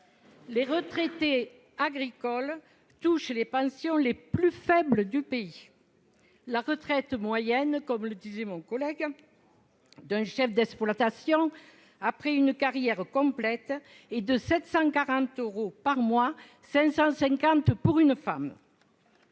Les retraités agricoles touchent les pensions les plus faibles du pays. La retraite moyenne d'un chef d'exploitation après une carrière complète est de 740 euros par mois- 550 euros pour une femme.